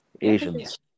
Asians